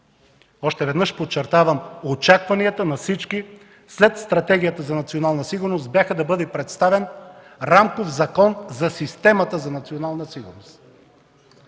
Още веднъж подчертавам: очакванията на всички след Стратегията за национална сигурност бяха да бъде представен рамков закон за системата за национална сигурност.